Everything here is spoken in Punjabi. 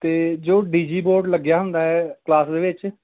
ਅਤੇ ਜੋ ਡੀ ਜੀ ਬੋਰਡ ਲੱਗਿਆ ਹੁੰਦਾ ਹੈ ਕਲਾਸ ਦੇ ਵਿੱਚ